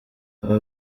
aba